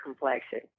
complexion